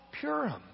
Purim